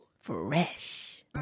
fresh